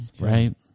right